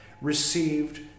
received